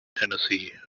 tennessee